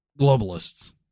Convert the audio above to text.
globalists